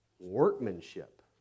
workmanship